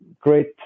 great